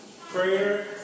Prayer